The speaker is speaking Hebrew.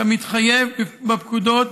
כמתחייב בפקודות